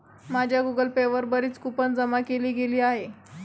माझ्या Google Pay वर बरीच कूपन जमा केली गेली आहेत